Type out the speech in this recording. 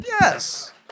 Yes